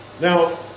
now